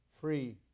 free